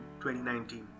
2019